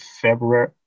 February